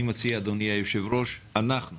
אני מציע, אדוני היושב-ראש, אנחנו